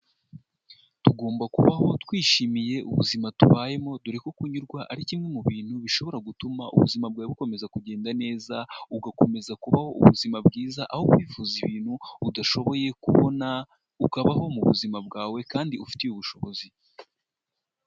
Tugomba kubaho twishimiye ubuzima tubayemo dore ko kunyurwa ari kimwe mu bintu bishobora gutuma ubuzima bwawe bukomeza kugenda neza, ugakomeza kubaho ubuzima bwiza aho kwifuza ibintu udashoboye kubona, ukabaho mu buzima bwawe kandi ufitiye ubushobozi.